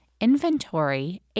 inventory